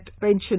pension